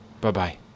Bye-bye